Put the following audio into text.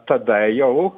tada jau